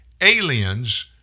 Aliens